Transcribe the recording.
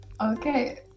okay